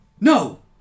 No